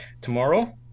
tomorrow